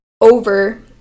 over